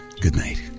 goodnight